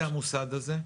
ומי זה המוסד הזה?